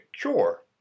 cure